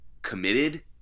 Committed